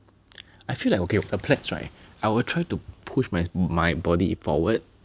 I feel like okay for planks right I will try to push my my body forward